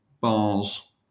bars